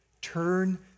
turn